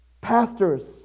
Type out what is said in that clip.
pastors